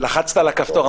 לחצת על הכפתור,